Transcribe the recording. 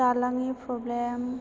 दालांनि problem